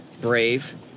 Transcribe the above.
brave